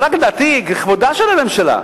לדעתי זה רק לכבודה של הממשלה.